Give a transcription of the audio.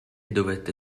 dovette